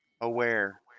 aware